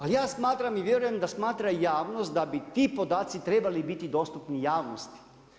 Ali ja smatram i vjerujem da smatra i javnost da bi ti podaci trebali biti dostupni javnosti.